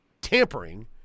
tampering